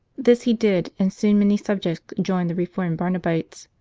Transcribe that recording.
this he did, and soon many subjects joined the reformed barnabites,